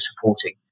supporting